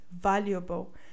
valuable